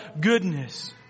goodness